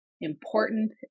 important